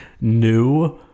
new